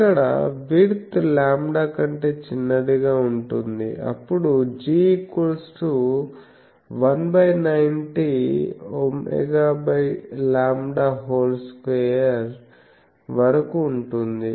ఇక్కడ width lambda కంటే చిన్నదిగా ఉంటుంది అప్పుడు G ≈190wλ2 వరకు ఉంటుంది